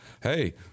hey